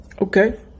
Okay